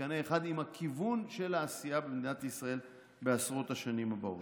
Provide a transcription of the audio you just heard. בקנה אחד עם הכיוון של העשייה במדינת ישראל בעשרות השנים הבאות.